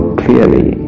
clearly